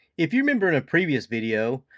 if you remember a previous video,